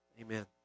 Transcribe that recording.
Amen